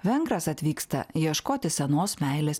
vengras atvyksta ieškoti senos meilės